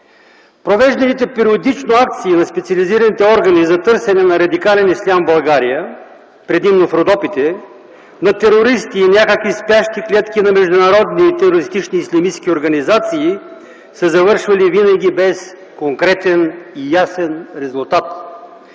Провежданите периодично акции на специализираните органи за търсене на радикален ислям в България, предимно в Родопите, на терористи, някакви спящи клетки на международни терористични ислямистки организации, са завършвали винаги без конкретен, ясен резултат.